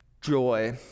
joy